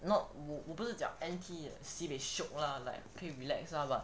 not 我我不是讲 N_T sibeh shiok lah like 可以 relax lah but